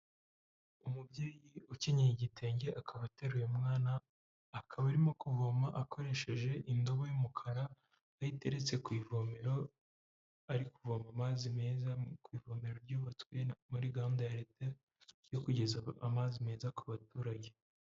Umubyeyi ukenyeye igitenge akaba ateruye mwana akaba arimo kuvoma akoresheje indobo y'umukara ayiteretse ku ivomero ari kuvoma amazi meza ku ivomero ryubatswe muri gahunda ya leta yo kugeza amazi meza ku baturage.